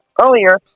earlier